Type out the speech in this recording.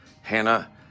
Hannah